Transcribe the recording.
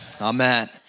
Amen